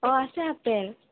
অঁ আছে আপেল